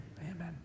Amen